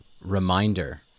Reminder